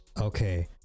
Okay